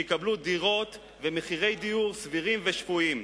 שיקבלו דירות ומחירי דיור סבירים ושפויים.